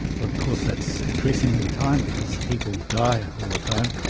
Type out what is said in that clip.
of course that's increasing all the time because people die all the time.